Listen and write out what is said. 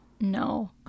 No